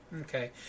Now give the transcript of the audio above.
okay